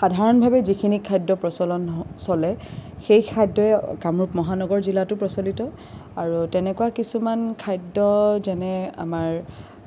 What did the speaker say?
সাধাৰণভাৱে যিখিনি খাদ্য প্ৰচলন হ চলে সেই খাদ্যই কামৰূপ মহানগৰ জিলাতো প্ৰচলিত আৰু তেনেকুৱা কিছুমান খাদ্য যেনে আমাৰ